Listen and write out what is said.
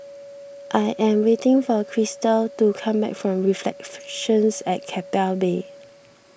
I am waiting for Krystal to come back from reflect flection at Keppel Bay